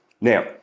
Now